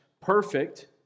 Perfect